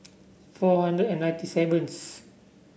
four hundred and ninety seventh